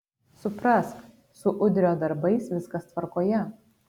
suprask su udrio darbais viskas tvarkoje